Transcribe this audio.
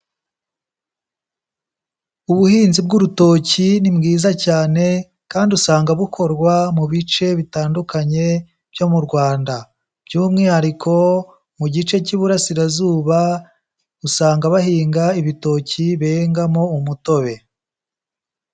Ubuhinzi bw'urutoki ni bwiza cyane, kandi usanga bukorwa mu bice bitandukanye byo mu Rwanda. By'umwihariko mu gice cy'Iburasirazuba usanga bahinga ibitoki bengamo umutobe.